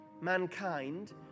mankind